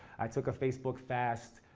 i took a facebook fast,